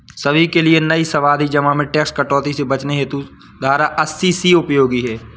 सभी के लिए नई सावधि जमा में टैक्स कटौती से बचने हेतु धारा अस्सी सी उपयोगी है